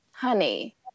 Honey